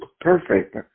perfect